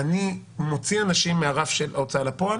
אני מעדיף לא לראות את הפרקטיקה של ההוצאה לפועל